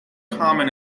common